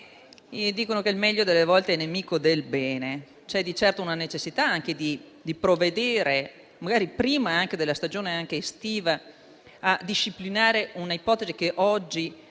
Dicono che il meglio a volte è nemico del bene. Di certo c'è la necessità di provvedere, magari prima della stagione estiva, a disciplinare un'ipotesi che oggi